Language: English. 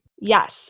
Yes